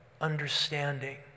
understanding